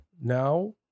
Now